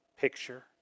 picture